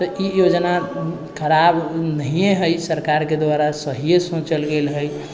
तऽ ई योजना खराब नहिए हइ सरकार द्वारा सहिए सोचल गेल हइ